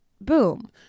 boom